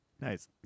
Nice